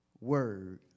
word